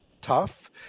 tough